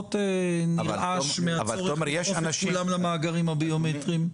פחות נרעש מהצורך לדחוף את כולם למאגרים הביומטריים.